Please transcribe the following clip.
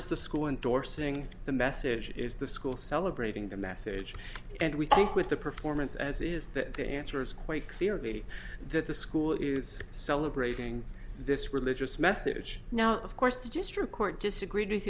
is the school endorsing the message is the school celebrating the message and we think with the performance as is that the answer is quite clearly that the school is celebrating this religious message now of course the district court disagreed with